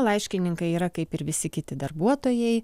laiškininkai yra kaip ir visi kiti darbuotojai